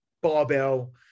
barbell